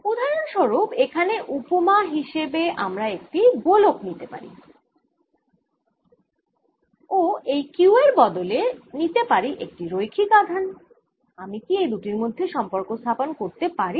উদাহরণ স্বরূপ এখানে উপমা হিসেবে আমরা একটি গোলক নিতে পারি ও এই Q এর বদলে নিতে পারি একটি রৈখিক আধান আমি কি এই দুটির মধ্যে সম্পর্ক স্থাপন করতে পারি